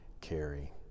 carry